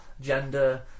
gender